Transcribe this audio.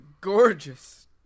gorgeous